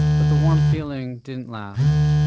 but the warm feeling didn't last.